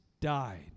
died